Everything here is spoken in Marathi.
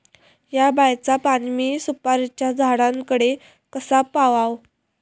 हया बायचा पाणी मी सुपारीच्या झाडान कडे कसा पावाव?